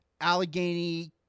Allegheny